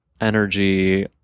energy